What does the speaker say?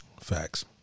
Facts